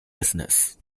business